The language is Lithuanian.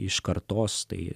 iškartos tai